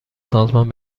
سازمان